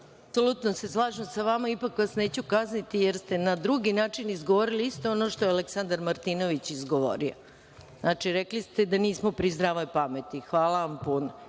Apsolutno se slažem sa vama. Ipak vas neću kazniti, jer ste na drugi način izgovorili isto ono što je Aleksandar Martinović izgovorio. Znači, rekli ste da nismo pri zdravoj pameti. Hvala vam puno